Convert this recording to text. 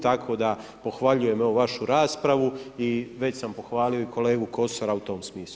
Tako da pohvaljujem ovu vašu raspravu i već sam pohvalio i kolegu Kosora u tom smislu.